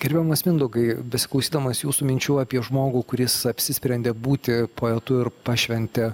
gerbiamas mindaugai besiklausydamas jūsų minčių apie žmogų kuris apsisprendė būti poetu ir pašventė